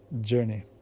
journey